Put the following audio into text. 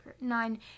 Nine